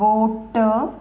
boat